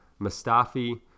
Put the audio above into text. Mustafi